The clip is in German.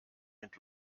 mit